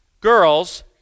Girls